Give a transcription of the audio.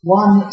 one